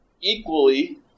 equally